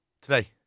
Today